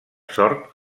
sort